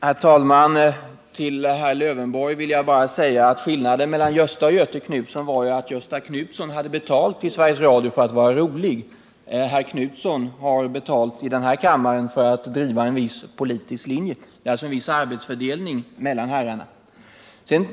Herr talman! Till herr Lövenborg vill jag bara säga att skillnaden mellan Gösta Knutsson och Göthe Knutson är ju att Gösta Knutsson hade betalt av Sveriges Radio för att vara rolig. Göthe Knutson har betalt i den här kammaren för att driva en viss politisk linje. Det är alltså en arbetsfördelning mellan herrarna.